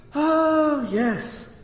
oh yes!